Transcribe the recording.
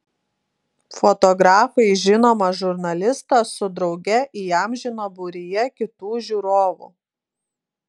fotografai žinomą žurnalistą su drauge įamžino būryje kitų žiūrovų